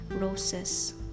roses